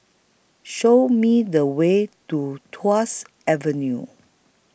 Show Me The Way to Tuas Avenue